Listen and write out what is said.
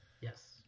yes